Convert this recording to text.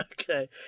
Okay